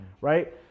Right